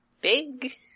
big